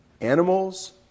animals